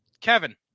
Kevin